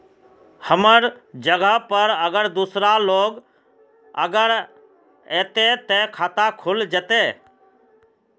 हमर जगह पर अगर दूसरा लोग अगर ऐते ते खाता खुल जते?